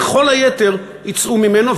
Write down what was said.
וכל היתר יצאו ממנו,